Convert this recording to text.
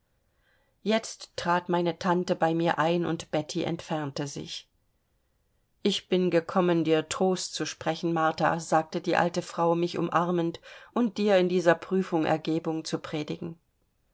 jetzt trat meine tante bei mir ein und betti entfernte sich ich bin gekommen dir trost zu sprechen martha sagte die alte frau mich umarmend und dir in dieser prüfung ergebung zu predigen